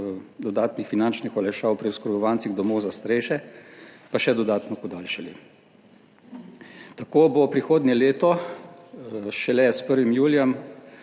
dodatnih finančnih olajšav pri oskrbovancih domov za starejše, pa še dodatno podaljšali. Tako bo prihodnje leto šele s 1. julijem